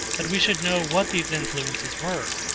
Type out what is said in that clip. that we should know what these influences were,